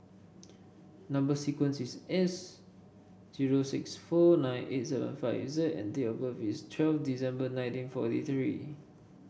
number sequence is S zero six four nine eight seven five Z and date of birth is twelve December nineteen forty three